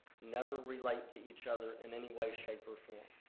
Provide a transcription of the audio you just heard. never relate to each other in any way, shape, or form.